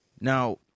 now